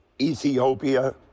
Ethiopia